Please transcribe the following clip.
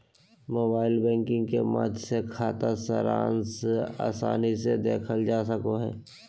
mobile banking के माध्यम से खाता सारांश आसानी से देखल जा सको हय